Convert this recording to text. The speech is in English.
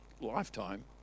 lifetime